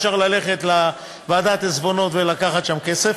אפשר ללכת לוועדת העיזבונות ולקחת שם כסף